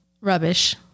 Rubbish